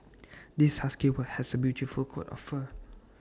this husky will has A beautiful coat of fur